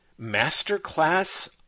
masterclass